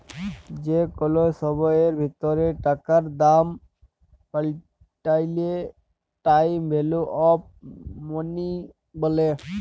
যে কল সময়ের ভিতরে টাকার দাম পাল্টাইলে টাইম ভ্যালু অফ মনি ব্যলে